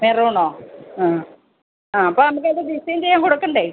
മെറൂണോ ആ ആ അപ്പോൾ നമുക്കത് ഡിസൈൻ ചെയ്യാൻ കൊടുക്കേണ്ടേ